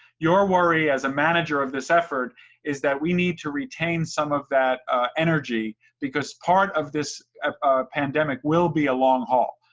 your worry as a manager of this effort is that we need to retain some of that energy because part of this ah pandemic will be a long haul.